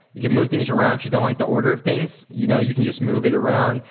you can move things around if you don't like the order of things. you know you can just move it around,